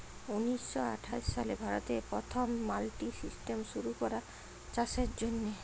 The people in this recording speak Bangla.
উনিশ শ আঠাশ সালে ভারতে পথম মাল্ডি সিস্টেম শুরু ক্যরা চাষের জ্যনহে